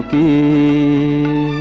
ie